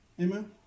Amen